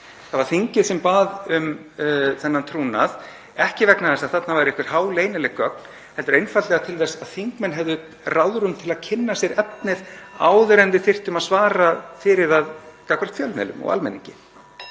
Það var þingið sem bað um þennan trúnað, ekki vegna þess að þarna væru einhver háleynileg gögn heldur einfaldlega til þess að þingmenn hefðu ráðrúm til að kynna sér efnið (Forseti hringir.) áður en við þyrftum að svara fyrir það gagnvart fjölmiðlum og almenningi.